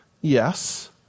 Yes